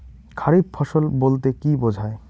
খারিফ ফসল বলতে কী বোঝায়?